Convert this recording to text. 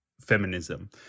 feminism